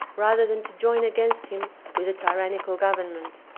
rather than to join against him with a tyrannical government.